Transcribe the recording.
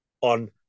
on